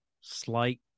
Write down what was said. slight